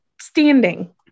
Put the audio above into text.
standing